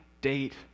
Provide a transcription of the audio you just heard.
date